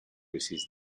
resist